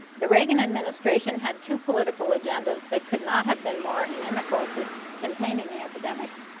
the reagan administration had two political agendas that could not have been more inimical to containing the epidemic.